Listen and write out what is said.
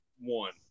one